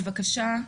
בבקשה,